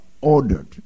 ordered